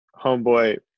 homeboy